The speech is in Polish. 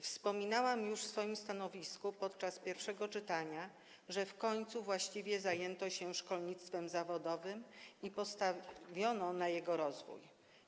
Wspominałam już, przedstawiając swoje stanowisko podczas pierwszego czytania, że w końcu właściwie zajęto się szkolnictwem zawodowym i postawiono na jego rozwój.